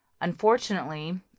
Unfortunately